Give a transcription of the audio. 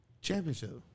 championship